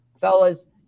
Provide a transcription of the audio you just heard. Fellas